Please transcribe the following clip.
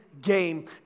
game